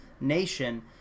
nation